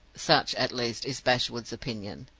such, at least, is bashwood's opinion.